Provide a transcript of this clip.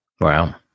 Wow